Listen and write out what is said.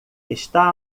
está